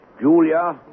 Julia